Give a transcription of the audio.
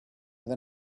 with